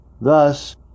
Thus